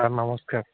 sir ନମସ୍କାର